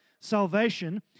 salvation